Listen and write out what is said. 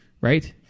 right